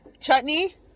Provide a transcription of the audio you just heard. chutney